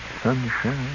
sunshine